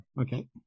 Okay